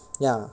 ya